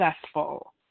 successful